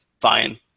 fine